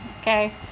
okay